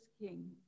King